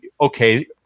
okay